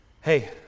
Hey